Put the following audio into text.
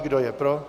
Kdo je pro?